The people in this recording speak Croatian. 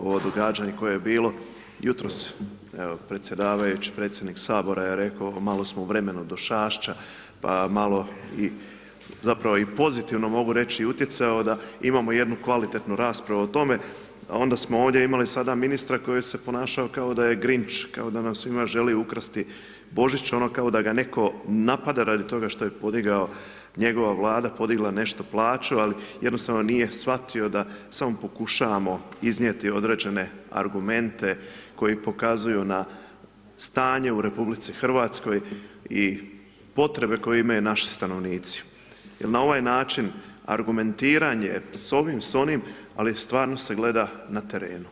ovo događanje koje je bilo jutros, evo predsjedavajući predsjednik sabora je reko malo smo u vremenu Došašća pa malo i zapravo i pozitivno mogu reći utjecao da imamo jednu kvalitetnu raspravu o tome, onda smo ovdje imali sada ministra koji se ponašao kao da je Grinch, kao da nam svima želi ukrasti Božić ono kao da ga neko napada radi toga što je podigao, njegova Vlada, podigla nešto plaću, ali jednostavno nije shvatio da samo pokušavamo iznijeti određene argumente koji pokazuju na stanje u RH i potrebe koje imaju naši stanovnici jer na ovaj način argumentiranje s ovim, s onim ali stvarno se gleda na terenu.